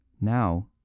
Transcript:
Now